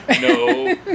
No